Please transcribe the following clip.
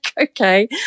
okay